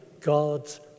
God's